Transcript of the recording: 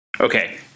Okay